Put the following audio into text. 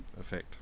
effect